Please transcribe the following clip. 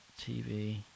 TV